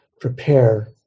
prepare